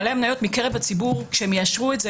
בעלי המניות מקרב הציבור כשהם יאשרו את זה,